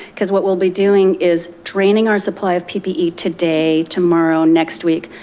cause what we'll be doing is draining our supply of ppe today, tomorrow, next week,